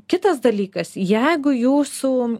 kitas dalykas jeigu jūsų